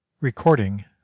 Recording